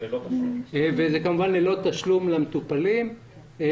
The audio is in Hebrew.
וכמובן ללא תשלום למטופלים.